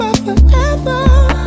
forever